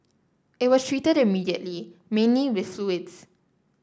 it was treated immediately mainly with fluids